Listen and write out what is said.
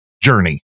journey